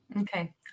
Okay